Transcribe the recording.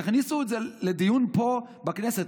תכניסו את זה לדיון פה בכנסת.